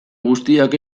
guztiak